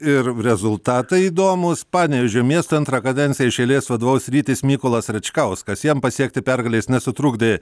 ir rezultatai įdomūs panevėžio miestui antrą kadenciją iš eilės vadovaus rytis mykolas račkauskas jam pasiekti pergalės nesutrukdė